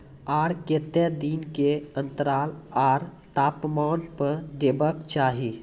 आर केते दिन के अन्तराल आर तापमान पर देबाक चाही?